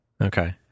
okay